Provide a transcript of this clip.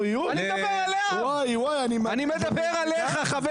רגע, אז ההסתייגויות הן על הכחול?